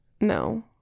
No